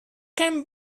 came